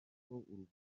urubyiruko